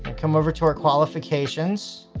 come over to our qualifications.